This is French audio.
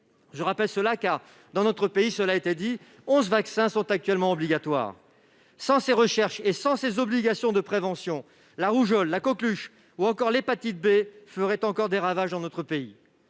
le rappelle, car, dans notre pays, onze vaccins sont actuellement obligatoires. Sans ces recherches et sans les obligations de prévention, la rougeole, la coqueluche ou encore l'hépatite B ferait encore des ravages dans notre pays.